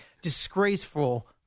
disgraceful